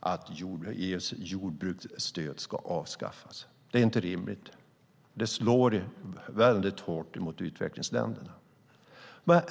att EU:s jordbruksstöd ska avskaffas. Det är inte rimligt. Det slår väldigt hårt mot utvecklingsländerna.